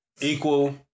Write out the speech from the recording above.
equal